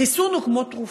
חיסון הוא כמו תרופה,